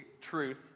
truth